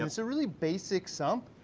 and it's a really basic sump,